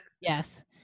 Yes